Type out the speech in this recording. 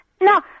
No